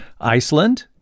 Iceland